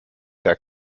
der